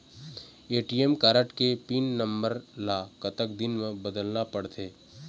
ATM card के PIN number ला कतक दिन म बदलना पड़थे?